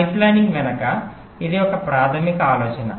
pipelining వెనుక ఇది ఒక ప్రాథమిక ఆలోచన